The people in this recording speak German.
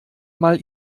mal